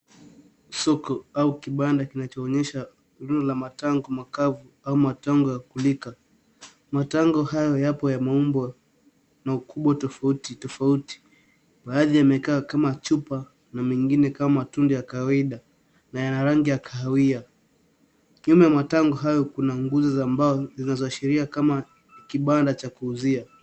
Soko au kibanda kinacho onyesha mrundo ya ma tango makavu au ma tango yaku kulika. Matango hayo yame umbwa na ukubwa tofauti tofauti baadhi yame kaa kama chupa na mengine kama tunda ya kawaida na yana rangi ya kahawia. Nyuma ya matango hayo kuna ma mbao zinazo ashiria kama ni kibanda cha kuuzia.